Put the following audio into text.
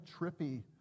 trippy